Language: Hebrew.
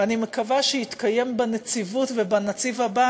ואני מקווה שיתקיים בנציבות ובנציב הבא